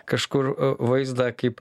kažkur vaizdą kaip